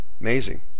Amazing